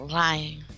lying